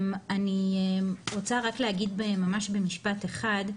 אני רוצה רק להגיד ממש במשפט אחד,